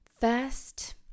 First